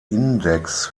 index